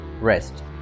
rest